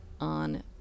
on